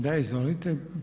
Da, izvolite.